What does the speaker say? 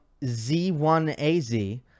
Z1AZ